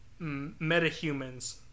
metahumans